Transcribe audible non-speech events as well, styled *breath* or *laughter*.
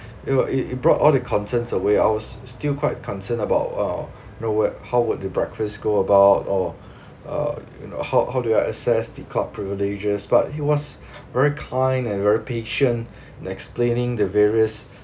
it were it it brought all the concerns away I was still quite concerned about uh know what how would the breakfast go about or *breath* uh you know how how do I access the club privileges but he was *breath* very kind and very patient in explaining the various